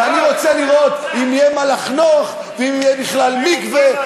ואני רוצה לראות אם יהיה מה לחנוך ואם יהיה בכלל מקווה.